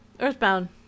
Earthbound